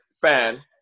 fan